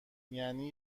یعنی